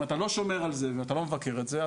אם אתה לא שומר על זה ואתה לא מבקר את זה,